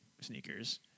sneakers